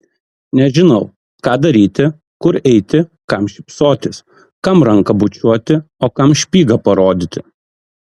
nežinau ką daryti kur eiti kam šypsotis kam ranką bučiuoti o kam špygą parodyti